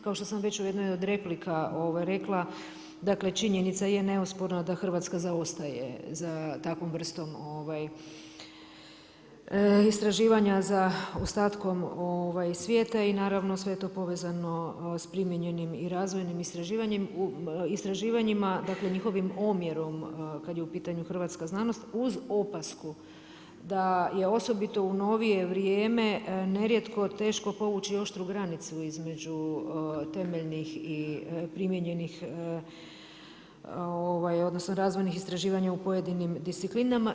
Kao što sam već u jednoj od replika rekla dakle, činjenica je neosporno da Hrvatska zaostaje za takvom vrstom istraživanja za ostatkom svijeta i naravno sve je to povezano s primijenjenim i razvojnim istraživanjima, dakle, njihovim omjerom kad je u pitanju hrvatska znanost uz opasku da je osobito u novije vrijeme nerijetko teško povući i oštru granicu između temeljnih i primijenjenih odnosno razvojnih istraživanja u pojedinim disciplinama.